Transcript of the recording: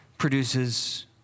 Produces